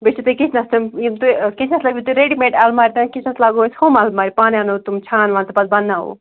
بیٚیہِ چھُو تۄہہِ کِچنَس تِم یِم تہٕ کِچنَس لٲگِو تُہۍ ریڈی میٚڈ المارِ تۄہہِ کہِ کِچنَس لاگو تۄہہِ یِم المارِ پانہٕ اَنو تِم چھان وان تہٕ پَتہٕ بَناوَو